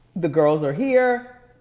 the girls are here.